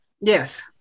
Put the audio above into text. Yes